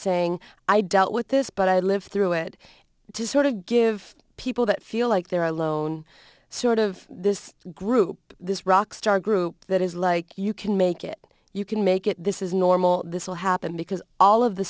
saying i dealt with this but i lived through it to sort of give people that feel like they're alone sort of this group this rockstar group that is like you can make it you can make it this is normal this will happen because all of the